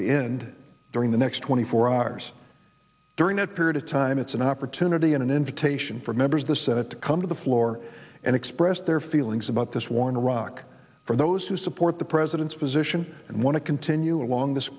to end during the next twenty four hours during that period of time it's an opportunity an invitation for members of the senate to come to the floor and express their feelings about this war in iraq for those who support the president's position and want to continue along this